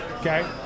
Okay